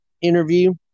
interview